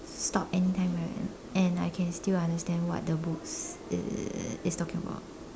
stop anytime right and I can still understand what the book uh is talking about